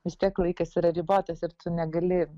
vis tiek laikas yra ribotas ir tu negali